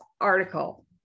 article